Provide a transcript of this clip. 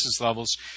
levels